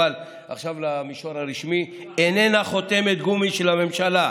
ועכשיו למישור הרשמי: היא איננה חותמת גומי של הממשלה,